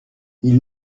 ils